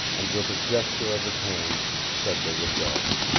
and with a gesture of his hands said they would go.